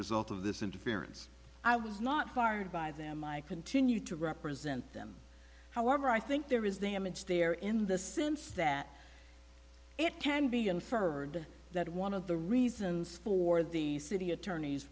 result of this interference i was not fired by them i continued to represent them however i think there is damage there in the sense that it can be inferred that one of the reasons for the city attorney's